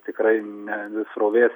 tikrai ne srovės